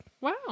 Wow